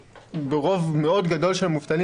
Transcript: רוב מאוד גדול של המובטלים,